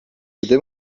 gdy